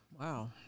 wow